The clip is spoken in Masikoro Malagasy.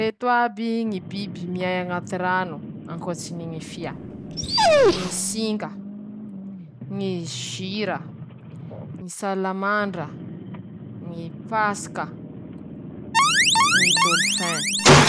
<...>Eka, ñy biby mana fihetseham-po manahaky ñy olombelo. Fihetseham-po mahazatsy atorony ñy biby antsika a: -Ñy fitiava noho ñy firaiketam-po aminy ñ'olombelo, -Manahaky anizay ñ'alika a, -Ñy piso; -Misy koa rozy masiaky ,manahaky anizay ñ'alika lafa i ro masiake e, romodromotany teña a iahañiny, ñ'alika koa mahay malahelo, misy ñy fomba a anehoany ñ'azy. <...>